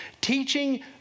Teaching